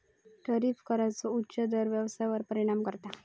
tariff कराचो उच्च दर व्यवसायावर परिणाम करता